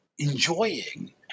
Enjoying